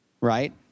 right